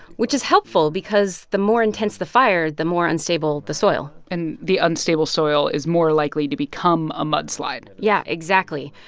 which is helpful because the more intense the fire, the more unstable the soil and the unstable soil is more likely to become a mudslide yeah, exactly.